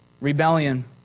rebellion